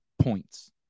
points